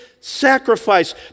sacrifice